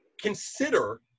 Consider